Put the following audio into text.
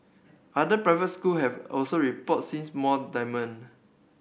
other private school have also reported seeings more demand